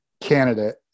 candidate